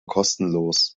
kostenlos